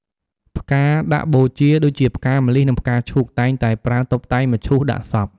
ផ្កាដាក់បូជា ដូចជា ផ្កាម្លិះ និងផ្កាឈូក តែងតែប្រើតុបតែងមឈូសដាក់សព។